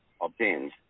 obtains